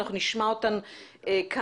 אנחנו נשמע אותם כאן.